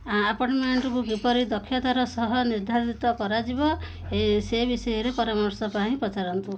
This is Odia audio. ଆ ଆପର୍ଣ୍ଟମେଣ୍ଟକୁ କିପରି ଦକ୍ଷତାର ସହ ନିର୍ଦ୍ଧାରିତ କରାଯିବ ଏ ସେ ବିଷୟରେ ପରାମର୍ଶ ପାଇଁ ପଚାରନ୍ତୁ